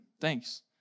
thanks